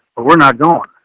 but we're not gone.